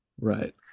Right